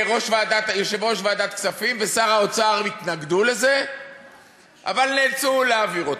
שיושב-ראש ועדת הכספים ושר האוצר התנגדו לזה אבל נאלצו להעביר אותו.